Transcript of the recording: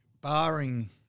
barring